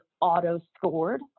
auto-scored